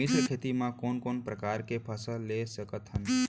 मिश्र खेती मा कोन कोन प्रकार के फसल ले सकत हन?